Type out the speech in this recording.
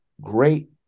great